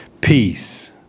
peace